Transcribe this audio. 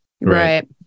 Right